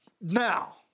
now